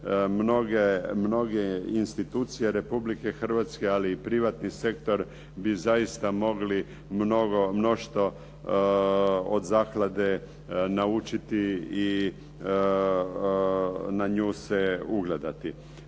mnoge institucije Republike Hrvatske, ali i privatni sektor bi zaista mogli mnogo štošta od zaklade naučiti i na nju se ugledati.